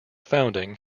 founding